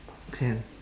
can